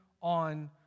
on